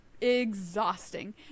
exhausting